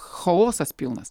chaosas pilnas